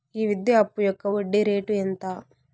ఈ విద్యా అప్పు యొక్క వడ్డీ రేటు ఎంత?